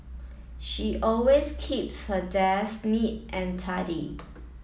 she always keeps her desk neat and tidy